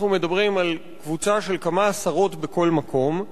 אנחנו מדברים על קבוצה של כמה עשרות בכל מקום,